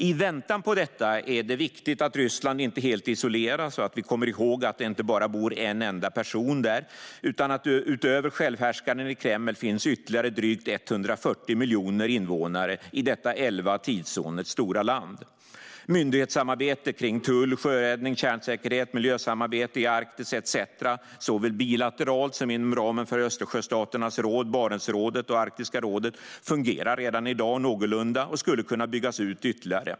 I väntan på detta är det viktigt att Ryssland inte helt isoleras och att vi kommer ihåg att det inte bara bor en enda person där utan att det utöver självhärskaren i Kreml finns ytterligare drygt 140 miljoner invånare i detta elva tidszoner stora land. Myndighetssamarbete kring tull, sjöräddning, kärnsäkerhet, miljösamarbete i Arktis etcetera - såväl bilateralt som inom ramen för Östersjöstaternas råd, Barentsrådet och Arktiska rådet - fungerar redan i dag någorlunda bra och skulle kunna byggas ut ytterligare.